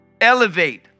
elevate